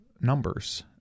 numbers